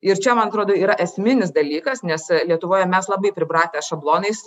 ir čia man atrodo yra esminis dalykas nes lietuvoje mes labai pripratę šablonais